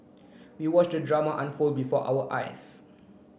we watched the drama unfold before our eyes